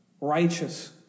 righteous